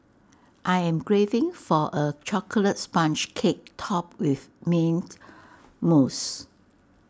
I am craving for A Chocolate Sponge Cake Topped with Mint Mousse